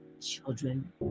children